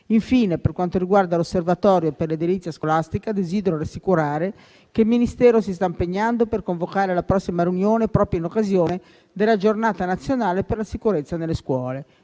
Infine, per quanto riguarda l'Osservatorio per l'edilizia scolastica, desidero rassicurare che il Ministero si sta impegnando per convocare la prossima riunione proprio in occasione della Giornata nazionale per la sicurezza nelle scuole.